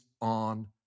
on